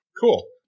cool